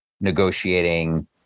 negotiating